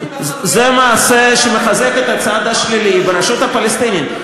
זה מעשה שמחזק את הצד השלילי ברשות הפלסטינית.